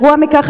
גרוע מכך,